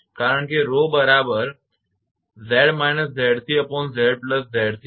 કારણ કે 𝜌 બરાબર 𝑍−𝑍𝑐𝑍𝑍𝑐 છે